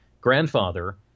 grandfather